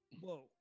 whoa